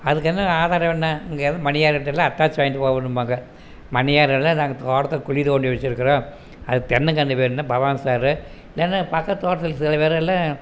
அதுக்கென்ன ஆதாரம் வேணும்னா எங்கேயாவது மணியக்காரர்ட்டலாம் அத்தாட்சி வாங்கிட்டு போகணும்பாங்க மணியக்காரலே நாங்கள் தோட்டத்துக்கு குழி தோண்டி வைச்சிருக்குறோம் அதுக்கு தென்னங்கன்னு வேணும்னா பவானி சாகர் ஏன்னா பக்கத்து தோட்டத்தில் சிலபேர் எல்லாம்